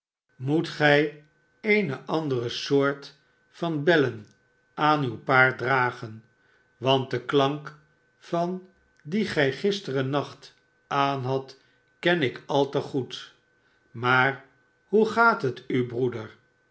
moet gij eene andere soort van bellen aan uw paard dragen want de klank van die gij gisterennacht aanhadt ken ik al te goed maar hoe gaat het u broeder